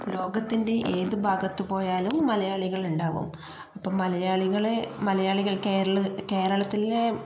ലോകത്തിൻ്റെ ഏത് ഭാഗത്ത് പോയാലും മലയാളികളുണ്ടാകും അപ്പം മലയാളികള് മലയാളികൾ കേരള കേരളത്തിലെ